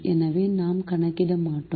எனவே நாம் கணக்கிட மாட்டோம்